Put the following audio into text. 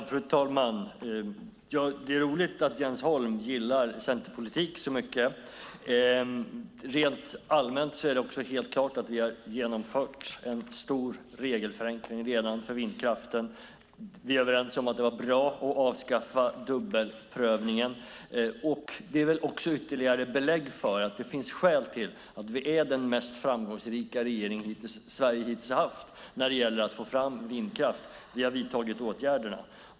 Fru talman! Det är roligt att Jens Holm gillar centerpolitik så mycket. Rent allmänt är det helt klart att vi redan har genomfört en stor regelförenkling för vindkraften. Vi är överens om att det var bra att avskaffa dubbelprövningen. Det är väl också ett ytterligare belägg för att det finns skäl för att vi är den mest framgångsrika regering som Sverige hittills har haft när det gäller att få fram vindkraft. Vi har vidtagit åtgärderna.